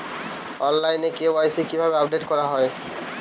অনলাইনে কে.ওয়াই.সি কিভাবে আপডেট করা হয়?